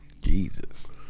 Jesus